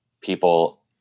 people